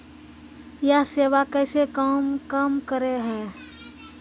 यह सेवा कैसे काम करै है?